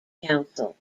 council